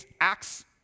Acts